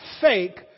fake